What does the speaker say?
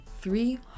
three